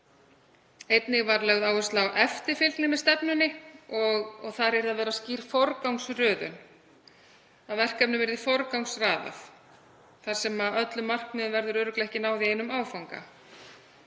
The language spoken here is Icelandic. Einnig var lögð áhersla á eftirfylgni með stefnunni og þar yrði að vera skýr forgangsröðun, að verkefnum yrði forgangsraðað þar sem öllum markmiðum verður örugglega ekki náð í einum áfanga.